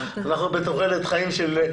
אני רוצה לדבר קצת על בעיות במערכת.